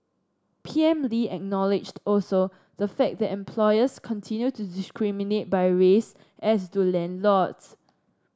P M Lee acknowledged also the fact that employers continue to discriminate by race as do landlords